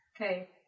Okay